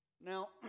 Now